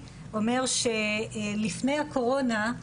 אומר - שלפני הקורונה,